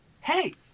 hey